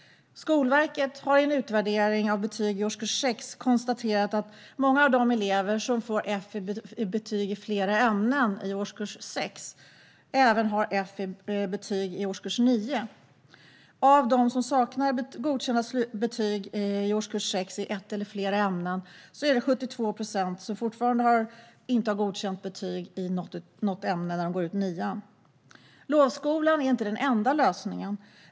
Skolverket har i en utvärdering av betyg i årskurs 6 konstaterat att många av de elever som får F i betyg i flera ämnen i årskurs 6 även har F i betyg i årskurs 9. Av dem som saknar godkända betyg i årskurs 6 i ett eller flera ämnen är det 72 procent som fortfarande inte har godkänt betyg i något ämne när de går ut nian. Lovskola är inte den enda lösningen.